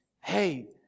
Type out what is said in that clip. Hey